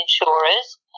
insurer's